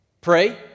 Pray